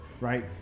right